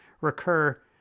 recur